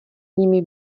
nimi